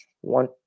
one